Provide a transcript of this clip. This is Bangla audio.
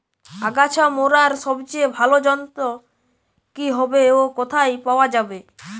আগাছা মারার সবচেয়ে ভালো যন্ত্র কি হবে ও কোথায় পাওয়া যাবে?